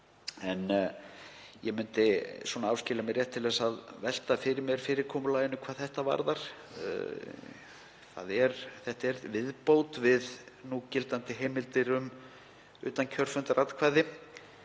en ég myndi áskilja mér rétt til að velta fyrir mér fyrirkomulaginu hvað það varðar. Þetta er viðbót við núgildandi heimildir um utankjörfundaratkvæði